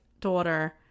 daughter